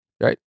Right